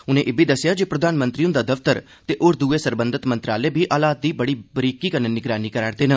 उनें इब्बी आखेआ जे प्रधानमंत्री हुंदा दफ्तर ते होर दुए सरबंधत मंत्रालय बी हालात दी बड़ी बरीकी कन्नै निगरानी करै'रदे न